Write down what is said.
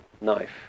knife